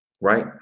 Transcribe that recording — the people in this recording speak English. right